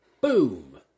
Boom